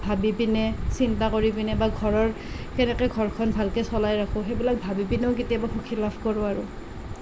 ভাবি পিনে চিন্তা কৰি পিনে বা ঘৰৰ কেনেকৈ ঘৰখন ভালকৈ চলাই ৰাখোঁ সেইবিলাক ভাবি পিনেও কেতিয়াবা সুখ লাভ কৰোঁ আৰু